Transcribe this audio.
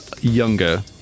younger